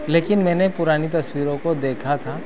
लेकिन मैंने पुरानी तस्वीरों को देखा था